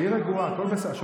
תהיי רגועה, הכול בסדר.